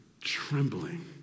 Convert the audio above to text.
trembling